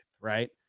right